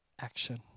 action